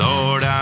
Lord